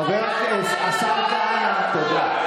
השר כהנא, תודה.